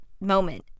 moment